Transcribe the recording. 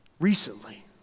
recently